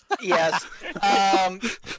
Yes